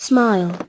Smile